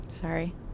Sorry